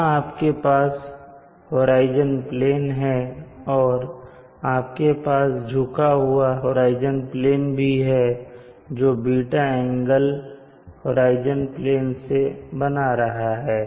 यहां आपके पास होराइजन प्लेन है और आपके पास झुका हुआ होराइजन प्लेन भी है जो ß एंगल होराइजन प्लेन से बना रहा है